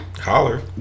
Holler